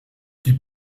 die